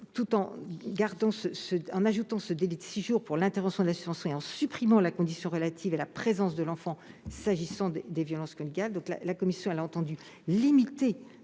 tout en ajoutant un délai de six jours pour l'intervention de la suspension et en supprimant la condition relative à la présence de l'enfant pour ce qui concerne les violences conjugales. La commission a entendu limiter